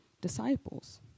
disciples